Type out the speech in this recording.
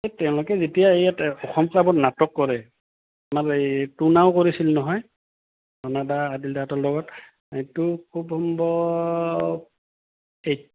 এই তেওঁলোকে যেতিয়া ইয়াত অসম ক্লাবত নাটক কৰে আমাৰ এই টোনাও কৰিছিল নহয় ধনদা আদিল আদিলদাহঁতৰ লগত এইটো খুব সম্ভৱ এই